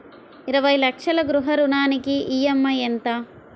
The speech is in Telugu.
ఇరవై లక్షల గృహ రుణానికి ఈ.ఎం.ఐ ఎంత?